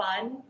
fun